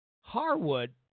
Harwood